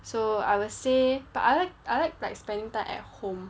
so I will say but I like I like like spending time at home